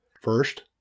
First